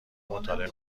مطالعه